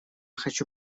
хочу